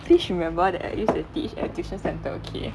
please remember that I used to teach at tuition centre okay